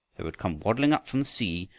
they would come waddling up from the sea,